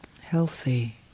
healthy